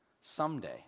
someday